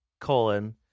colon